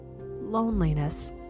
loneliness